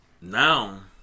Now